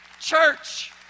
Church